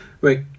right